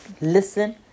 Listen